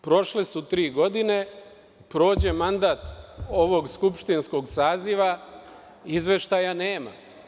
Prošle su tri godine, prođe mandat ovog skupštinskog saziva, izveštaja nema.